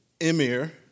Emir